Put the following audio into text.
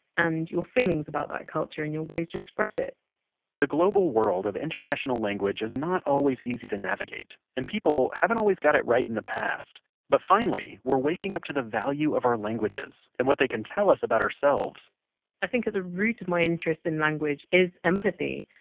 and your feelings about that culture, and your ways to express it the global world of international language is not always easy to navigate, and people haven't always got it right in the past. but finally we're waking up to the value of our languages, and what they can tell us about ourselves i think at the root of my interest in language is empathy,